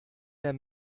der